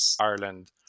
Ireland